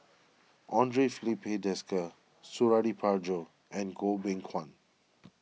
andre Filipe Desker Suradi Parjo and Goh Beng Kwan